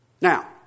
Now